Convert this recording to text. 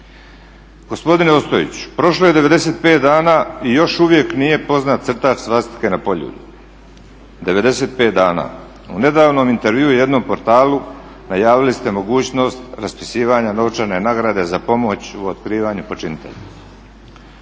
Gospodine Ostojiću prošlo je 95 dana i još uvijek nije poznat crtač svastike na Poljudu, 95 dana. U nedavnom intervjuu jednom portalu najavili ste mogućnost raspisivanja novčane nagrade za pomoć u otkrivanju počinitelja.